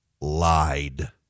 lied